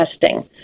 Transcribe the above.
testing